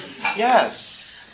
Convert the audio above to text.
Yes